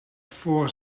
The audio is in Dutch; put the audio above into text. voor